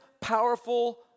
powerful